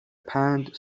پند